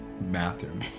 bathroom